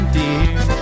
dear